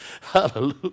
Hallelujah